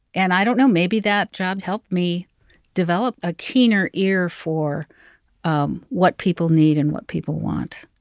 and i don't know. maybe that job helped me develop a keener ear for um what people need and what people want.